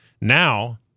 Now